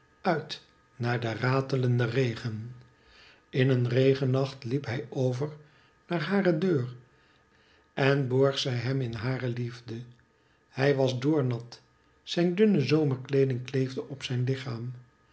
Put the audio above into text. uit naar den ratelenden regen in een regennacht liep hij over naar hare deur en borg zij hem in hare liefde hij was doornat zijn dunne zomerkleeding kleefde op zijn lichaam